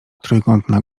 trójkątna